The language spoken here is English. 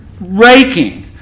raking